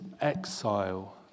exile